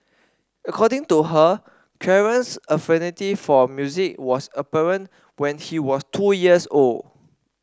according to her Clarence's affinity for music was apparent when he was two years old